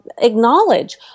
acknowledge